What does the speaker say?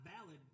valid